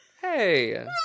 Hey